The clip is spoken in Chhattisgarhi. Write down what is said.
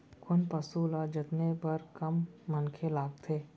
कोन पसु ल जतने बर कम मनखे लागथे?